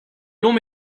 long